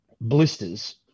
blisters